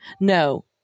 No